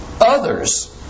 Others